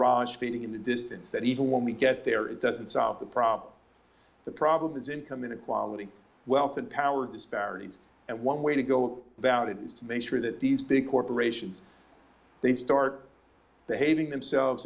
fading in the distance that even when we get there it doesn't solve the problem the problem is income inequality wealth and power disparity and one way to go about it is to make sure that these big corporations they start behaving themselves